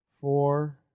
four